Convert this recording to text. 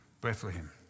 Bethlehem